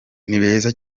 nibeza